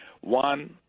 one